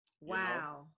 Wow